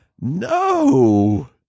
no